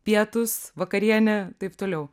pietūs vakarienė taip toliau